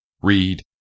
Read